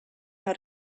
how